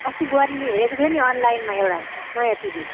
अस्ति बुहारीले हेरेको थियो नि अनलाइनमा एउटा नयाँ टिभी